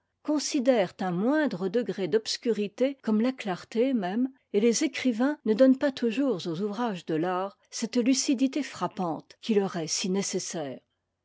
considèrent un moindre degré d'obscurité comme la clarté même et les écrivains ne donnent pas toujours aux ouvrages de l'art cette lucidité frappante qui leur est si nécessaire